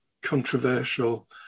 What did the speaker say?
controversial